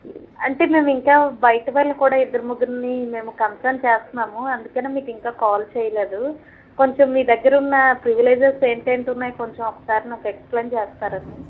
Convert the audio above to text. అంటే మేము ఇంకా బయట వాళ్ళని కూడా ఇద్దరు ముగ్గురిని మేము కన్సల్ట్ చేస్తన్నాము అందుకనే మీకు ఇంకా కాల్ చేయలేదు కొంచెం మీ దగ్గరున్న ప్రివిలైజస్ ఏంటంటి ఉన్నాయి కొంచెం ఒకసారి నాకు ఎక్స్ప్లెయిన్ చేస్తారండి